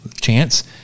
chance